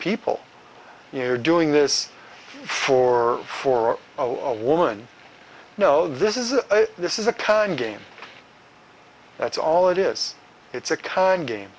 people you're doing this for for a woman no this is this is a kind game that's all it is it's a kind game